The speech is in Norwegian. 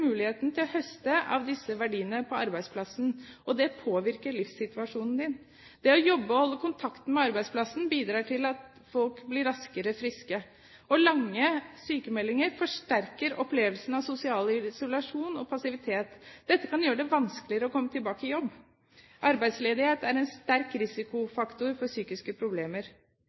muligheten til å høste av disse verdiene på arbeidsplassen. Det påvirker livssituasjonen din. Det å jobbe og holde kontakten med arbeidsplassen bidrar til at folk blir raskere friske. Lange sykmeldinger forsterker opplevelsen av sosial isolasjon og passivitet. Dette kan gjøre det vanskeligere å komme tilbake i jobb. Arbeidsledighet er en sterk risikofaktor for psykiske problemer.